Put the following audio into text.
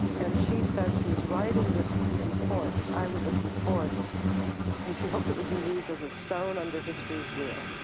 and she said she was writing this report, this eyewitness report and she hoped it would be used as stone under history's wheel.